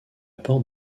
porte